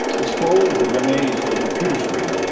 exposed at a young age to a computer screen,